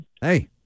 Hey